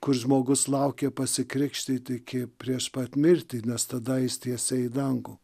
kur žmogus laukia pasikrikštyt iki prieš pat mirtį nes tada jis tiesiai dangų